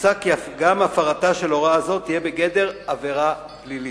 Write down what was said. מוצע כי גם הפרתה של הוראה זו תהיה בגדר עבירה פלילית.